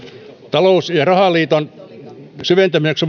talous ja rahaliiton syventämiseksi